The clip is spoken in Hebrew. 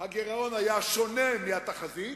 הגירעון היה שונה מהתחזית: